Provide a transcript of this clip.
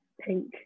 pink